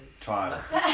Trials